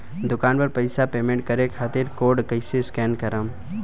दूकान पर पैसा पेमेंट करे खातिर कोड कैसे स्कैन करेम?